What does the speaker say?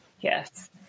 Yes